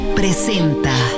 presenta